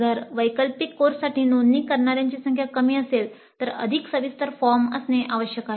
जर वैकल्पिक कोर्ससाठी नोंदणी करणाऱ्याची संख्या कमी असेल तर अधिक सविस्तर फॉर्म असणे आवश्यक आहे